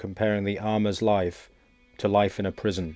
comparing the armors life to life in a prison